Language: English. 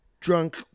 Drunk